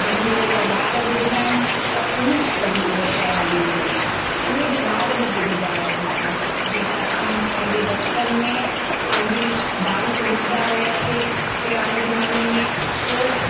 जॾहिं हुनजा ॿार ॿुधंदा आहिनि त उन ताईं बि उहा शइ हली वेंदी आहे उहे बि ॿार बि ॿुधंदा रहंदा आहिनि जीअं असां पंहिंजे बचपन में कंहिंजी डांस ॾिसंदा हुयासीं पुराने ज़माने में पोइ